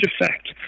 effect